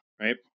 right